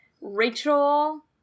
rachel